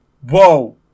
Whoa